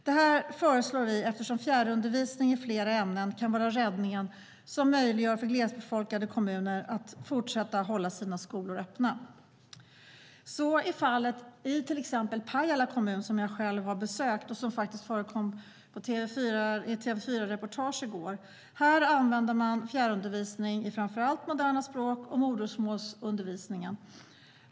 Det föreslår vi eftersom fjärrundervisning i fler ämnen kan vara den räddning som möjliggör för glesbefolkade kommuner att fortsätta att hålla sina skolor öppna. Så är fallet i exempelvis Pajala kommun, som jag besökt och som faktiskt förekom i ett TV4-reportage i går. Där använder man fjärrundervisning i framför allt moderna språk och modersmål.